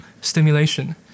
stimulation